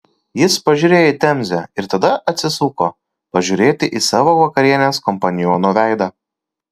jis pažiūrėjo į temzę ir tada atsisuko pažiūrėti į savo vakarienės kompaniono veidą